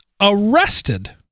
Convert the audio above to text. arrested